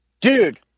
dude